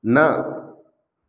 न